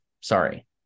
Sorry